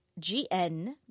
GN